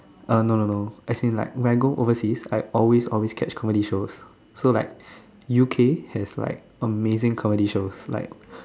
uh no no no as in like when I go overseas I always always catch comedy shows so like U_K has like amazing comedy shows like